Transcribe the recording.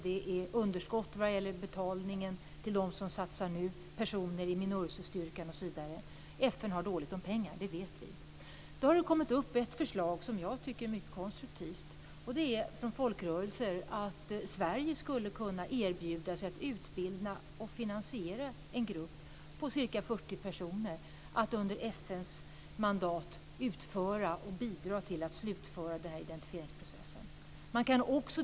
Det finns ett underskott när det gäller betalningen till bl.a. personer i Minursostyrkan. Vi vet att FN har dåligt med pengar. Det har kommit upp ett förslag från folkrörelserna som jag tycker är konstruktivt. Det går ut på att Sverige skulle kunna erbjuda sig att utbilda och finansiera en grupp på ca 40 personer som under FN:s mandat skulle utföra och bidra till att slutföra indentifieringsprocessen.